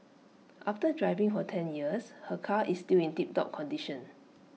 after driving for ten years her car is still in tiptop condition